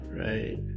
right